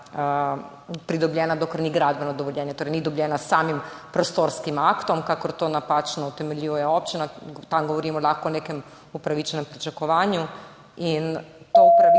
pridobljena, dokler ni gradbeno dovoljenje, torej ni dobljena s samim prostorskim aktom, kakor to napačno utemeljuje občina. Tam lahko govorimo o nekem upravičenem pričakovanju. To upravičeno